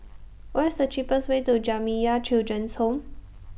What IS The cheapest Way to Jamiyah Children's Home